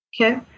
okay